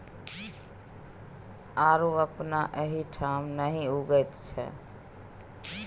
आड़ू अपना एहिठाम नहि उगैत छै